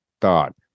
thought